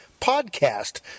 podcast